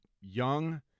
young